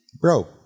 bro